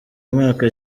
mwaka